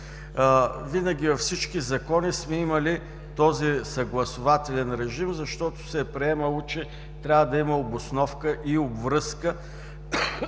Винаги във всички закони сме имали този съгласувателен режим, защото се е приемало, че трябва да има обосновка и обвръзка